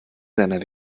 seiner